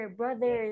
brother